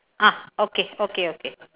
ah okay okay okay